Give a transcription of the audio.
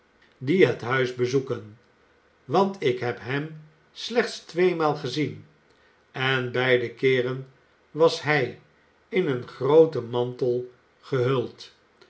die het huis bezoeken want ik heb hem slechts tweemaal gezien en beide keeren was hij in een grooten mantel gehuld